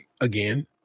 again